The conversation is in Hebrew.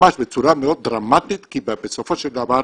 ממש בצורה מאוד דרמטית, כי בסופו של דבר